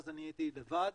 אז אני הייתי לבד,